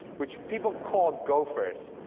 which people call gophers,